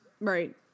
right